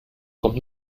kommt